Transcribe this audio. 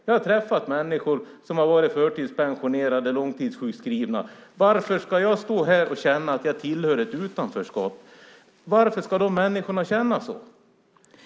Jag har träffat människor som har varit förtidspensionerade och långtidssjukskrivna. De undrar: Varför ska jag stå här och känna att jag tillhör ett utanförskap? Varför ska de människorna känna så?